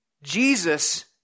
Jesus